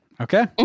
Okay